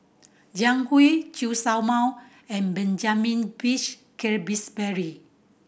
Jiang Hu Chen Show Mao and Benjamin Peach Keasberry